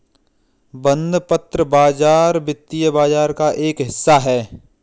बंधपत्र बाज़ार वित्तीय बाज़ार का एक हिस्सा है